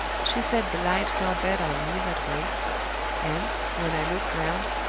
she said the light fell better on me that way and, when i looked round,